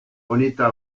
bonita